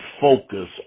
focus